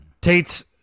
Tate's